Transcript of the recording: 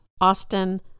Austin